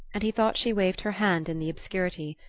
and he thought she waved her hand in the obscurity.